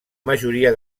majoria